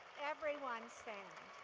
everyone stand.